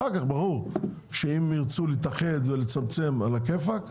אחר כך ברור שאם ירצו להתאחד ולצמצם על הכיפאק,